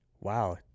wow